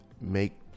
make